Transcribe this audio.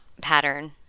pattern